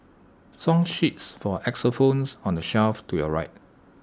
song sheets for xylophones are on the shelf to your right